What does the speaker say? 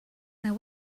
now